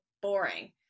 boring